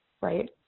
right